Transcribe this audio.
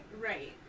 Right